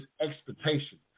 expectation